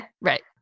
Right